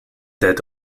that